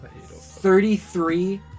thirty-three